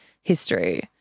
history